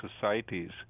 societies